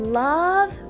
love